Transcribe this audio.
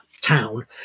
town